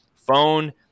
Phone